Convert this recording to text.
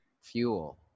fuel